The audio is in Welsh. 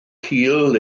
cul